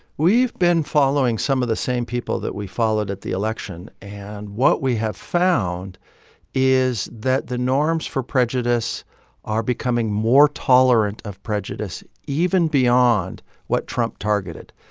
we've been following some of the same people that we followed at the election. and what we have found is that the norms for prejudice are becoming more tolerant of prejudice even beyond what trump targeted.